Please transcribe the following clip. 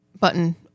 button